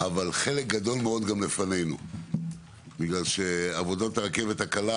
חלק גדול מאוד גם לפנינו בגלל שעבודות הרכבת הקלה